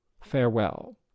Farewell